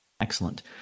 Excellent